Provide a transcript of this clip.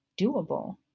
doable